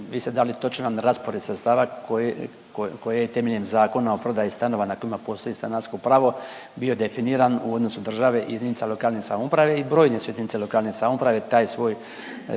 vi ste dali točan raspored sredstava koji, koje je i temeljem Zakona o prodaji stanova na kojima postoji stanarsko pravo bio definiran u odnosu države i jedinica lokalne samouprave i brojne su jedinice lokalne samouprave